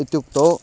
इत्युक्तौ